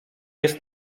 jest